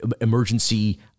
emergency